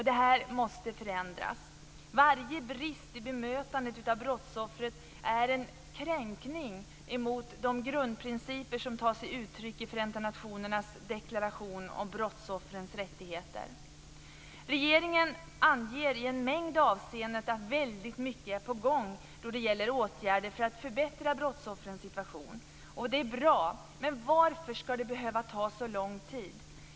Det måste förändras. Varje brist i bemötandet av brottsoffret är en kränkning mot de grundprinciper som tar sig uttryck i Förenta nationernas deklaration om brottsoffers rättigheter. Regeringen anger i en mängd avseenden att väldigt mycket är på gång då det gäller åtgärder för att förbättra brottsoffrens situation. Det är bra. Men varför ska det behöva ta så lång tid?